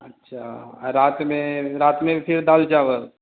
अच्छा रात में रात में भी फिर दाल चावल